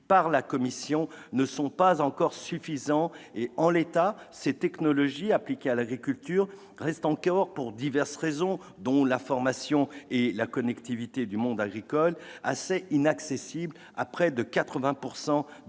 par la Commission ne sont pas encore suffisants et, en l'état, ces technologies appliquées à l'agriculture restent encore, pour diverses raisons, dont la formation et la connectivité du monde agricole, assez inaccessibles à près de 80